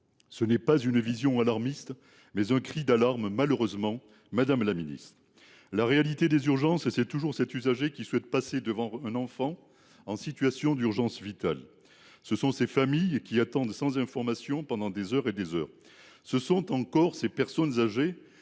n’est pas alarmiste : il s’agit malheureusement d’un cri d’alarme. La réalité des urgences, c’est cet usager qui souhaite passer devant un enfant en situation d’urgence vitale. Ce sont ces familles qui attendent sans information pendant des heures et des heures. Ce sont, encore, ces personnes âgées